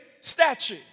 statue